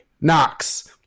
Knox